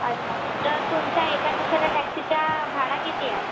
अच्छा तर तुमच्या एका दिवसाच्या टॅक्सीच्या भाडा किती आहे